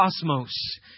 cosmos